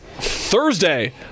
Thursday